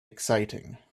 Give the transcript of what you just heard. exciting